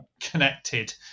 connected